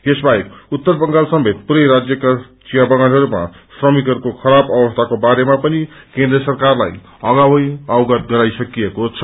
यसबाहेक उत्तर बंगाल समेत पूरै राज्यका वियाबगानहरूमा श्रमिकहरूको खराब अवसीको बारेमा पनि केन्द्र सरकारलाई पहिले ने अवगत गराई सकिएको छ